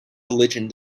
religion